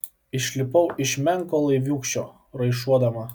išlipau iš menko laiviūkščio raišuodama